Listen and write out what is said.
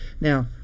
Now